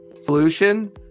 solution